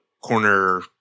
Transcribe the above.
corner